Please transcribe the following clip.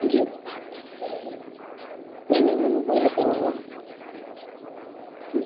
जी नहीं मैम मैं फ़ाइनैंस करवाऊँगा जी